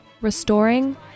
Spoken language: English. restoring